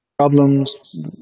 problems